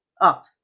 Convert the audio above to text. up